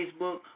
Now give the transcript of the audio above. Facebook